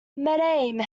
madame